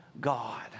God